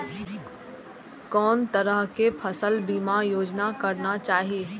कोन तरह के फसल बीमा योजना कराना चाही?